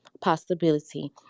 possibility